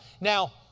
Now